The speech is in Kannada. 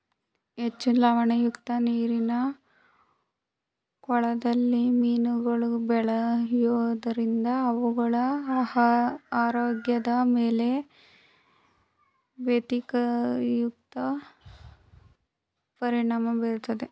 ಹೆಚ್ಚು ಲವಣಯುಕ್ತ ನೀರಿನ ಕೊಳದಲ್ಲಿ ಮೀನುಗಳು ಬೆಳೆಯೋದರಿಂದ ಅವುಗಳ ಆರೋಗ್ಯದ ಮೇಲೆ ವ್ಯತಿರಿಕ್ತ ಪರಿಣಾಮ ಬೀರುತ್ತದೆ